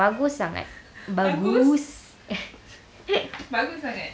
bagus sangat bagus